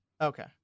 okay